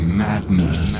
madness